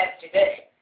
today